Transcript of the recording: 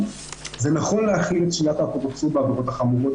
נכון להחליט על שלילת האפוטרופסות בעבירות החמורות,